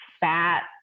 fat